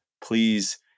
please